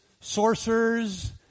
sorcerers